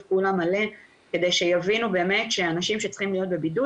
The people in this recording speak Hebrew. פעולה מלא כדי שיבינו באמת שאנשים שצריכים להיות בבידוד,